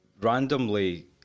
randomly